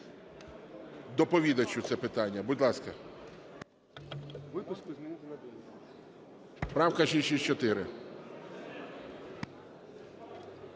доповідачу це питання. Будь ласка. Правка 664.